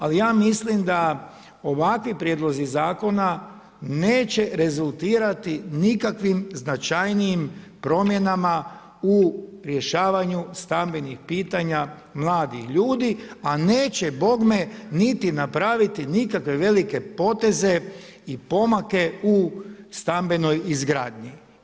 Ali ja mislim da ovakvi prijedlozi zakona neće rezultirati nikakvim značajnijim promjenama u rješavanju stambenih pitanja mladih ljudi a neće bogme niti napraviti nikakve velike poteze i pomake u stambenoj izgradnji.